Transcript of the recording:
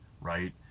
right